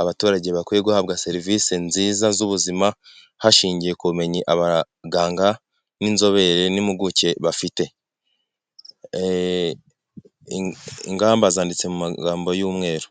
abaturage bakwiye guhabwa serivisi nziza z'ubuzima hashingiwe ku bumenyi abaganga n'inzobere n'impuguke bafite ingamba zanditse mu magambo y'umweru.